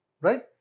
right